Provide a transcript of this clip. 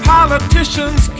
Politicians